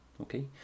Okay